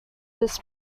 this